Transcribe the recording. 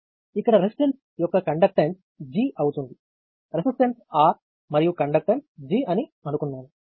ఇక్కడ రెసిస్టన్స్ యొక్క conductance G అవుతుంది రెసిస్టన్స్ R మరియు కండెక్టన్స్ G అని అనుకున్నాము